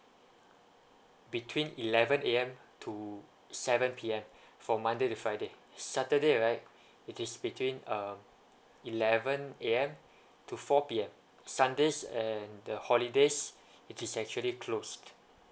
between eleven A_M to seven P_M from monday to friday saturday right it is between um eleven A_M to four P_M sundays and the holidays it is actually closed